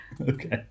Okay